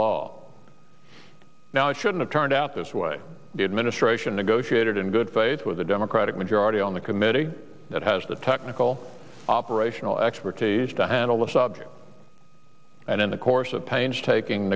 law now it should have turned out this way the administration to go shoot it in good faith with a democratic majority on the committee that has the technical operational expertise to handle the subject and in the course of painstaking